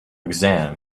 exam